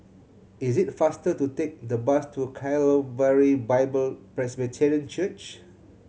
is it faster to take the bus to Calvary Bible Presbyterian Church